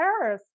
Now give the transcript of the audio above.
Paris